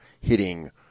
hitting